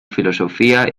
filosofía